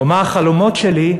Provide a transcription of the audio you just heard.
או מה החלומות שלי,